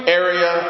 area